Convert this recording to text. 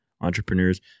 Entrepreneurs